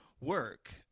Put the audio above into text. work